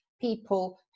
people